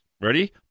ready